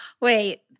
Wait